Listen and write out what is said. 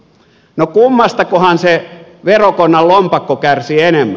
no kummastakohan se verokonnan lompakko kärsii enemmän